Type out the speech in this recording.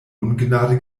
ungnade